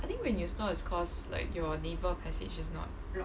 I think when you snore is cause like your naval passage is not